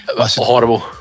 horrible